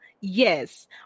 yes